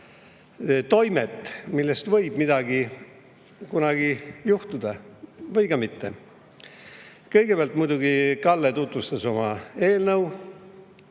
kõrvaltoimet, millest võib midagi kunagi juhtuda, või ka mitte. Kõigepealt muidugi Kalle tutvustas oma eelnõu.